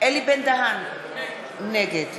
אלי בן-דהן, נגד